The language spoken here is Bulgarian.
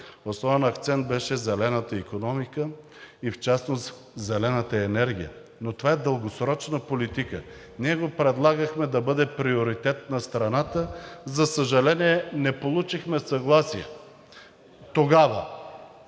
основен акцент беше зелената икономика и в частност зелената енергия, но това е дългосрочна политика. Ние го предлагахме да бъде приоритет на страната. За съжаление, не получихме съгласие тогава.